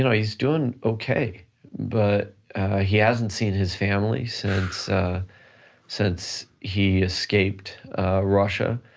you know he's doing okay but he hasn't seen his family since since he escaped russia,